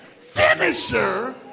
finisher